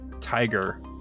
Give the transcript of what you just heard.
Tiger